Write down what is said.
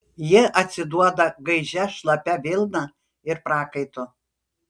ji atsiduoda gaižia šlapia vilna ir prakaitu